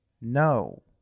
No